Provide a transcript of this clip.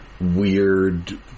weird